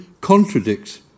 contradicts